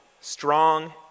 Strong